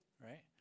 Right